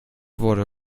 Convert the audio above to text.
wurde